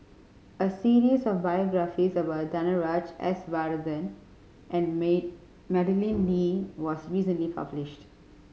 a series of biographies about Danaraj S Varathan and May Madeleine Lee was recently published